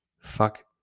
Fuck